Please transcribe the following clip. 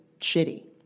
shitty